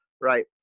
right